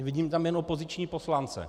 Vidím tam jen opoziční poslance.